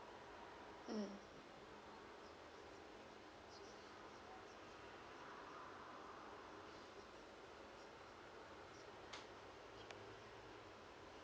mm